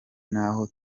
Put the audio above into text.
n’aho